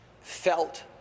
felt